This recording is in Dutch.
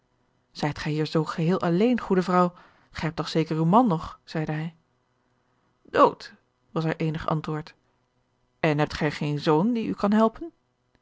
zijt gij hier zoo geheel alleen goede vrouw gij hebt toch zeker uw man nog zeide hij dood was haar eenig antwoord en hebt gij geen zoon die u kan helpen